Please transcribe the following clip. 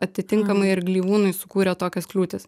atitinkamai ir gleivūnui sukūrė tokias kliūtis